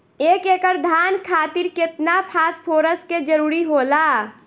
एक एकड़ धान खातीर केतना फास्फोरस के जरूरी होला?